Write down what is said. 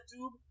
tube